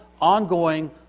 ongoing